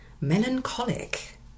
Melancholic